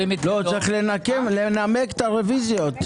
צריך לנמק את הרביזיה.